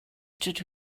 dydw